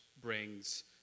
brings